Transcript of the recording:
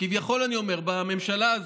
בממשלה הזאת,